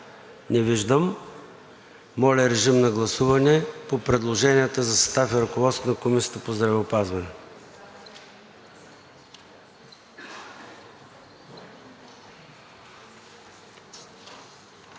Не виждам. Моля, режим на гласуване по предложенията за състав и ръководство на Комисията по здравеопазване.